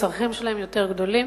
הצרכים שלהם יותר גדולים,